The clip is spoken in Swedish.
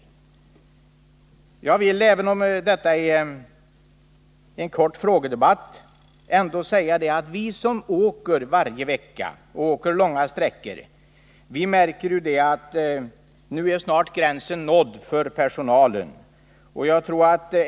Men jag vill, även om detta bara är en kort frågedebatt, ändå säga att vi som åker tåg varje vecka och som åker långa sträckor märker att gränsen för vad personalen orkar snart är nådd.